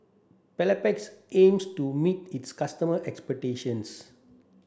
Papulex aims to meet its customer expectations